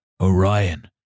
Orion